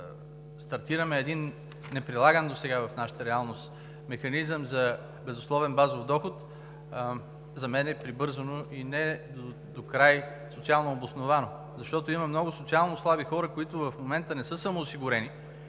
ръка да стартираме един неприлаган досега в нашата реалност механизъм за безусловен базов доход, за мен е прибързано и не докрай социално обосновано, защото има много социалнослаби хора, които в момента не са самоосигурени,